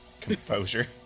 composure